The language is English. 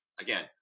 again